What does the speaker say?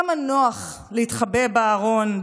כמה נוח להתחבא בארון,